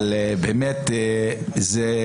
לפני